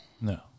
No